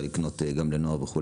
כאשר אי אפשר לקנות גם לנוער.